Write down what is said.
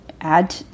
add